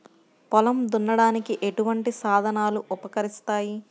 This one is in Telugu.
పొలం దున్నడానికి ఎటువంటి సాధనలు ఉపకరిస్తాయి?